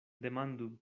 demandu